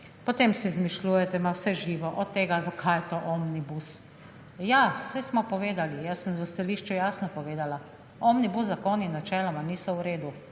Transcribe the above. Potem si izmišljujete vse živo od tega zakaj je to omnibus, ja, saj smo povedali, jaz sem v stališču jasno povedala, omnibus zakoni načeloma niso v redu